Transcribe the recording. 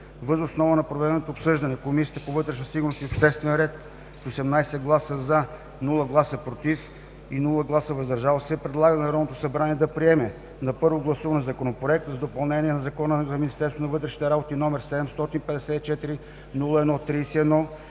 Въз основа на проведеното обсъждане Комисията по вътрешна сигурност и обществен ред с 18 гласа „за”, без „против” и без „въздържали се“ предлага на Народното събрание да приеме на първо гласуване Законопроект за допълнение на Закона за Министерството на вътрешните работи, № 754-01-31,